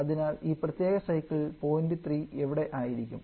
അതിനാൽ ഈ പ്രത്യേക സൈക്കിളിൽ പോയിന്റ് 3 എവിടെ ആയിരിക്കും